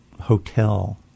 hotel